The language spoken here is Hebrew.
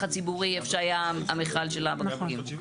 הציבורי איפה שהיה המכל של הבקבוקים.